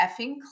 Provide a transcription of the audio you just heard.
effing